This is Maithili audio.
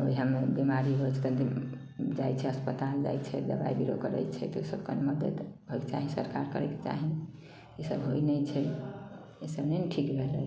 उएहमे बिमारी हो जेतै तऽ जाइ छै अस्पताल जाइ छै दबाइ बीरो करै छै तऽ सभमे तऽ मदति होयके चाही सरकारकेँ करयके चाही इसभ होइ नहि छै इसभ नहि ने ठीक भेलै